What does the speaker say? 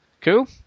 Cool